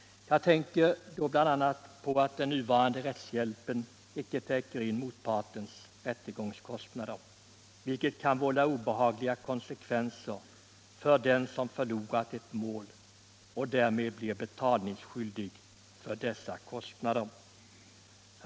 Jag tänker bl.a. på att den nuvarande rättshjälpen icke täcker in motpartens rättegångskostnader, vilket kan medföra obehagliga konsekvenser för den som förlorat ett mål och därmed blir betalningsskyldig för dessa kostnader.